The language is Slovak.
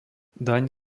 daň